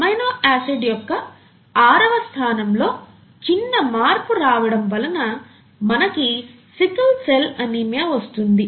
amino acid యొక్క ఆరవ స్థానం లో చిన్న మార్పు రావటం వలన మనకి సికెల్ సెల్ అనీమియా వస్తుంది